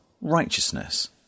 righteousness